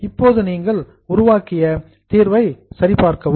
இப்போது நீங்கள் உருவாக்கிய சொல்யூஷன் தீர்வை சரிபார்க்கவும்